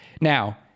Now